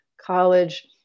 college